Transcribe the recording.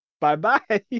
bye-bye